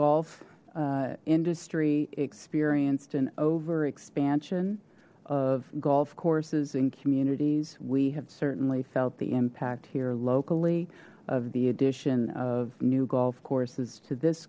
golf industry experienced an over expansion of golf courses in communities we have certainly felt the impact here locally of the addition of new golf courses to this